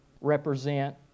represent